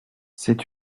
c’est